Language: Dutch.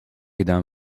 gedaan